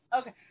Okay